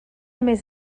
més